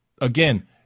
Again